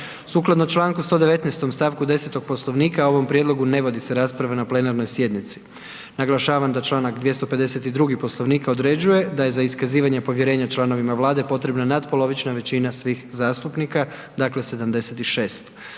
Sukladno članku 119. stavku 10. Poslovnika, o ovom prijedlogu ne vodi se rasprava na plenarnoj sjednici. Naglašavam da članak 252. određuje da je da iskazivanje povjerenja članovima Vlade potrebna natpolovična većina svih zastupnika, dakle 76.